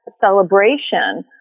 celebration